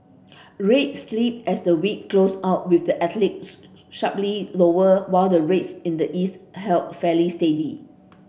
rates slipped as the week closed out with the Atlantic sharply lower while the rates in the east held fairly steady